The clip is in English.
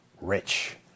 rich